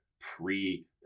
pre